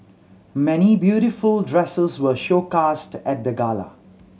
many beautiful dresses were showcased at the gala